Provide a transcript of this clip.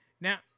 Now